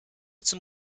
zum